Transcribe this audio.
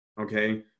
okay